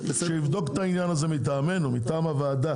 שיבדוק את העניין הזה מטעם הוועדה.